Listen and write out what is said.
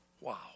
wow